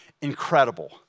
incredible